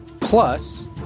Plus